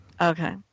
Okay